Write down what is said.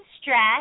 stress